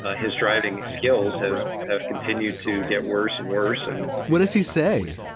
ah his driving skills have have continued to get worse and worse and what does he say?